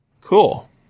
Cool